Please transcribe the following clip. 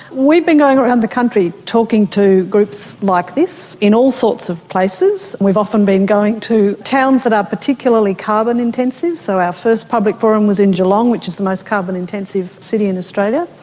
we've been going around the country talking to groups like this in all sorts of places. we've often been going to towns that are particularly carbon intensive, so our first public forum was in geelong, which is the most carbon intensive city in australia,